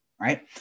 Right